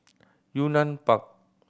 Yunnan Park